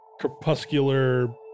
crepuscular